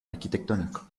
arquitectónico